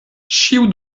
ĉiu